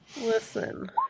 Listen